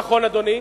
נכון, אדוני.